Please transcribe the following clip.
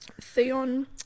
Theon